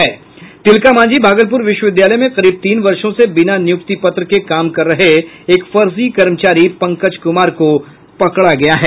तिलकामांझी भागलपुर विश्वविद्यालय में करीब तीन वर्षों से बिना नियुक्ति पत्र के काम कर रहे एक फर्जी कर्मचारी पंकज कुमार को पकड़ा गया है